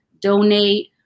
Donate